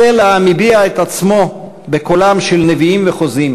סלע המביע את עצמו בקולם של נביאים וחוזים,